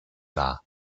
dar